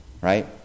right